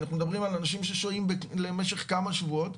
אנחנו מדברים על אנשים ששוהים לשמך כמה שבועות.